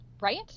right